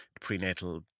prenatal